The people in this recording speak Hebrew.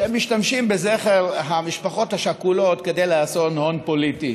משתמשים בזכר המשפחות השכולות כדי לעשות הון פוליטי.